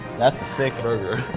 that's a thick burger,